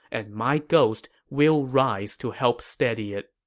and my ghost will rise to help steady it.